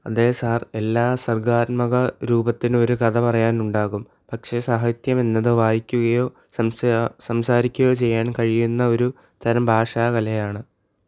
അതേ സാർ എല്ലാ സർഗാത്മക രൂപത്തിനും ഒരു കഥ പറയാനുണ്ടാവും പക്ഷെ സാഹിത്യം എന്നത് വായിക്കുകയോ സംസാരിക്കുകയോ ചെയ്യാൻ കഴിയുന്ന ഒരു തരം ഭാഷാകലയാണ്